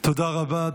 תודה רבה.